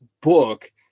book